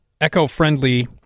eco-friendly